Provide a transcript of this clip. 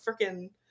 freaking